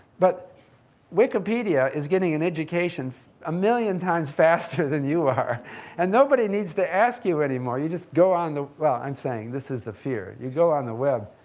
but wikipedia is getting an education a million times faster than you are and nobody needs to ask you anymore. you just go on the, well, i'm saying, this is the fear. you go on the web.